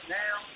now